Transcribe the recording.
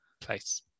place